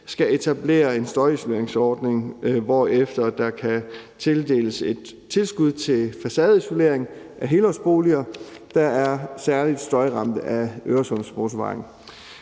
skal etablere en støjisoleringsordning, hvorefter der kan tildeles et tilskud til facadeisolering af helårsboliger, der er særlig støjramte af Øresundsmotorvejen.